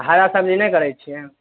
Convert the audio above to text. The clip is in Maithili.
हरा सब्जी नहि करै छिए